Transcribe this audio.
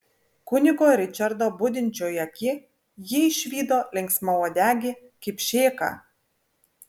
kunigo ričardo budinčioj aky ji išvydo linksmauodegį kipšėką